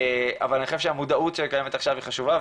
אבל אני חושב שהמודעות שקיימת עכשיו היא חשובה,